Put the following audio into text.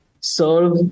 serve